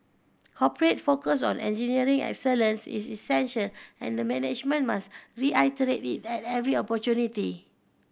corporate focus on engineering excellence is essential and the management must reiterate it at every opportunity